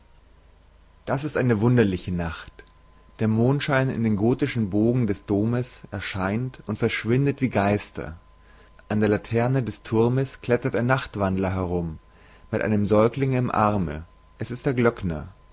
das ist eine wunderliche nacht der mondschein in den gothischen bogen des dohmes erscheint und verschwindet wie geister an der laterne des thurmes klettert ein nachtwandler herum mit einem säuglinge im arme es ist der klökner